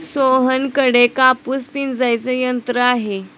सोहनकडे कापूस पिंजायचे यंत्र आहे